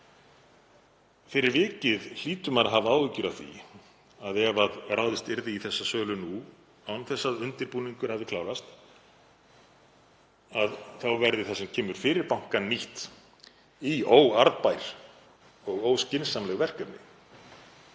Fyrir vikið hlýtur maður að hafa áhyggjur af því að ef ráðist yrði í þessa sölu nú án þess að undirbúningur hafi klárast, þá verði það sem kemur fyrir bankann nýtt í óarðbær, óskynsamleg verkefni.